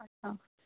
अच्छा